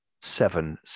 seven